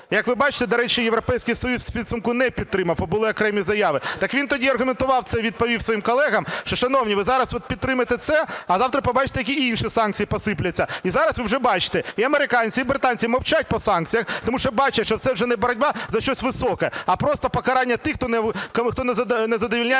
Як ви бачите, до речі, Європейський Союз у підсумку не підтримав, а були окремі заяви. Так він тоді аргументував це, відповів своїм колегам, що, шановні, ви зараз підтримаєте це, а завтра побачите, які інші санкції посипляться. І зараз ви вже бачите, і американці, і британці мовчать по санкціях, тому що бачать, що це вже не боротьба за щось високе, а просто покарання тих, хто не задовольняє